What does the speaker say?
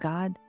God